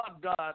God